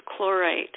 chlorite